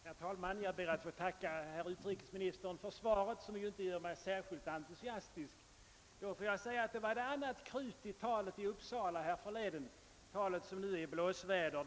Herr talman! Jag ber att få tacka herr utrikesministern för svaret, som emellertid inte är särskilt entusiastiskt. Då var det minsann annat krut i det tal i Uppsala härförleden, som nu är ute i blåsväder.